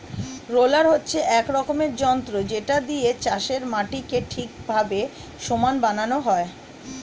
roller হচ্ছে এক রকমের যন্ত্র যেটা দিয়ে চাষের মাটিকে ঠিকভাবে সমান বানানো হয়